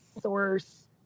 source